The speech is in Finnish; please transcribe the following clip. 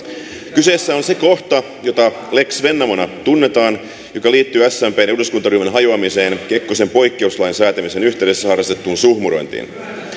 kyseessä on se kohta joka lex vennamona tunnetaan joka liittyy smpn eduskuntaryhmän hajoamiseen kekkosen poikkeuslain säätämisen yhteydessä harrastettuun suhmurointiin